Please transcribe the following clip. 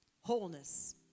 Wholeness